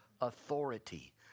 authority